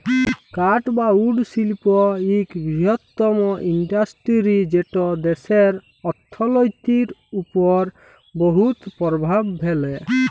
কাঠ বা উড শিল্প ইক বিরহত্তম ইল্ডাসটিরি যেট দ্যাশের অথ্থলিতির উপর বহুত পরভাব ফেলে